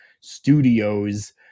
studios